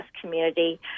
community